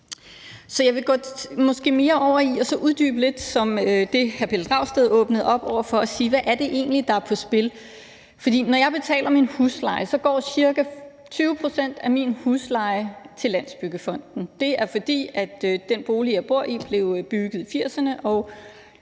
jeg vil mere gå over i at uddybe det, som hr. Pelle Dragsted åbnede op for, altså at sige: Hvad er det egentlig, der er på spil? For når jeg betaler min husleje, går ca. 20 pct. af den til Landsbyggefonden. Det er, fordi den bolig, jeg bor i, blev bygget i 1980'erne,